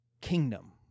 kingdom